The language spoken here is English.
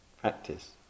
practice